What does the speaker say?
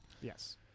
Yes